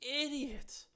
idiot